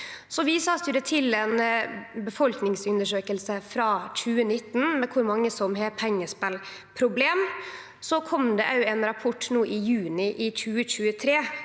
vist til ei befolkningsundersøking frå 2019 om kor mange som har pengespelproblem. Det kom òg ein rapport i juni 2023